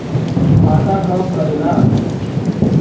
खाता कब करेला?